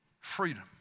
freedom